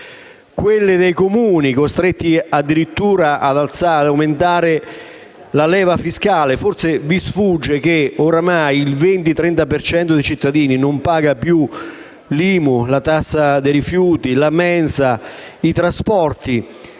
debiti dei Comuni, costretti addirittura ad aumentare la leva fiscale. Forse vi sfugge che ormai circa il 30 per cento dei cittadini non paga più l'IMU, la tassa sui rifiuti, la mensa, i trasporti